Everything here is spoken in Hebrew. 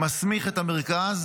מסמיך את המרכז